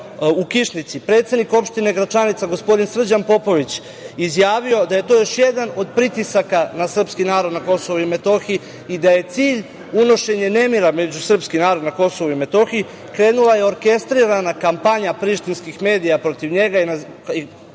u Kišnici, predstavnici opštine Gračanica, gospodin Srđan Popović je izjavio da je to još jedan od pritisaka na srpski narod na KiM i da je cilj unošenje nemira među srpski narod na KiM, krenula je orkestrirana kampanja prištinskih medija protiv njega.